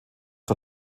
der